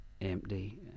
empty